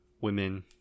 women